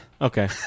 Okay